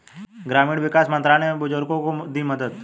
ग्रामीण विकास मंत्रालय ने बुजुर्गों को दी मदद